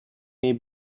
may